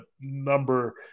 number